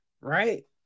right